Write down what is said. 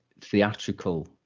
theatrical